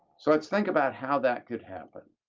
so let's think about how that could happen.